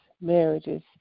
marriages